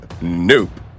nope